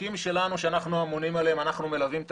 חוקים שלנו שאנחנו אמונים עליהם אנחנו מלווים את